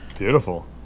Beautiful